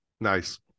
Nice